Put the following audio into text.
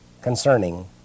concerning